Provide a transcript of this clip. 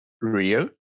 Rio